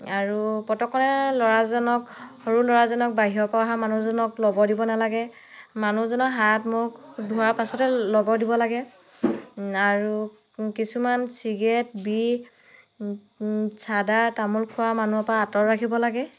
আৰু পতককৈ ল'ৰাজনক সৰু ল'ৰাজনক বাহিৰৰ পৰা অহা মানুহজনক ল'ব দিব নেলাগে মানুহজনক হাত মুখ ধোৱাৰ পাছতে ল'ব দিব লাগে আৰু কিছুমান চিগেট বিড়ি চাদা তামোল খোৱা মানুহৰ পৰা আঁতৰত ৰাখিব লাগে